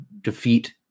defeat